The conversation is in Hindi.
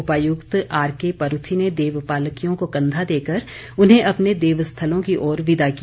उपायुक्त आर के परूथी ने देव पालकियों को कंघा देकर उन्हें अपने देव स्थलों की ओर विदा किया